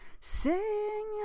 sing